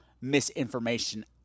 misinformation